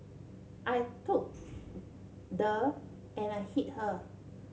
I took the and I hit her